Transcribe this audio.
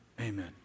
Amen